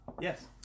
Yes